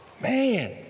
man